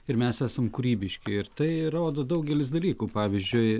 ir mes esam kūrybiški ir tai rodo daugelis dalykų pavyzdžiui